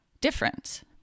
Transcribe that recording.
different